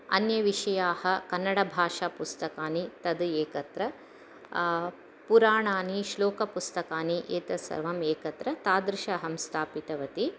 अन्ये विषयाः कन्नडभाषापुस्तकानि तद् एकत्र पुराणानि श्लोकपुस्तकानि एतत् सर्वम् एकत्र तादृश अहं स्थापितवती